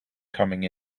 coming